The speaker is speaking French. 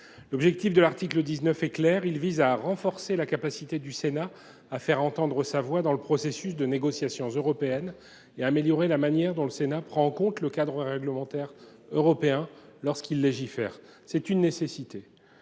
L’objectif de l’article 19 est clair : il vise à renforcer la capacité du Sénat à faire entendre sa voix dans le processus de négociation européenne et à améliorer la manière dont le Sénat prend en compte le cadre réglementaire européen lorsqu’il légifère. C’est une nécessité.